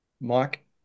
Mike